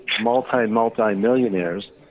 multi-multi-millionaires